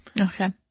Okay